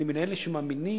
אני מאלה שמאמינים